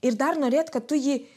ir dar norėt kad tu jį